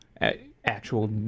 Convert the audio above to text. actual